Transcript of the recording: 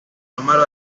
número